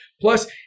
Plus